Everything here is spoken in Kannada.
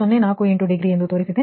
048 ಡಿಗ್ರಿ ತೋರಿಸಿದೆ